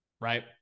right